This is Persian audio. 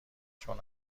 چون